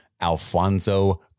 Alfonso